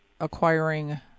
acquiring